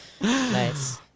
Nice